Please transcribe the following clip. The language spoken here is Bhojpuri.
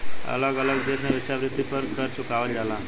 अलग अलग देश में वेश्यावृत्ति पर कर चुकावल जाला